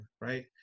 right